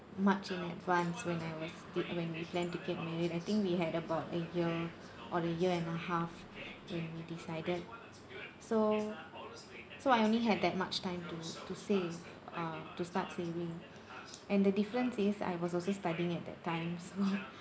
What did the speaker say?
much in advance when I was sti~ when we planned to get married I think we had about a year or the year and a half when we decided so so I only had that much time to to save uh to start saving and the difference is I was also studying at that time so